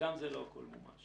שגם זה לא הכול מומש.